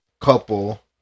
couple